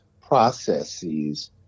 processes